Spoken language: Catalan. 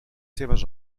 seves